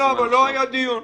לא, לא היה דיון.